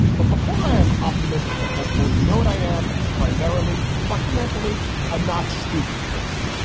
but before i am optimistic or hopeful, you know what? i am primarily, fundamentally a not stupid person,